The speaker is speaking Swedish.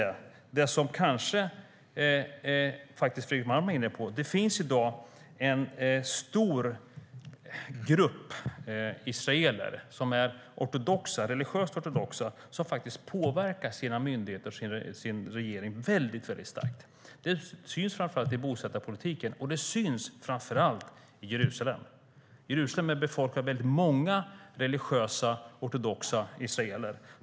Problemet, som Fredrik Malm faktiskt var inne på, är att det i dag finns en stor grupp israeler som är religiöst ortodoxa. De påverkar sina myndigheter och sin regering starkt. Detta syns framför allt i bosättarpolitiken och i Jerusalem, som är befolkat av många religiösa ortodoxa israeler.